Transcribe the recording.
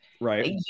right